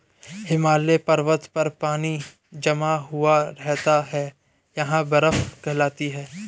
हिमालय पर्वत पर पानी जमा हुआ रहता है यह बर्फ कहलाती है